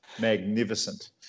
magnificent